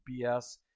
BS